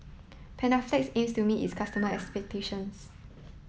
Panaflex aims to meet its customers expectation